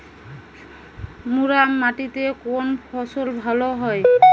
মুরাম মাটিতে কোন ফসল ভালো হয়?